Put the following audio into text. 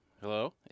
Hello